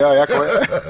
זה סיעתי, דרך אגב.